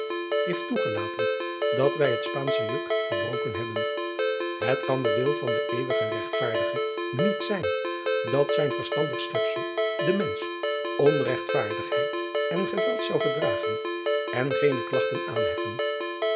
heeft toegelaten dat wij het paansche juk verbroken hebben et kan de wil van driaan oosjes zn et leven van aurits ijnslager den eeuwig egtvaardige niet zijn dat zijn verstandig schepsel de mensch onregtvaardigheid en geweld zou verdragen en geene klagten aanhefsen